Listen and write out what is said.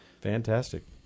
Fantastic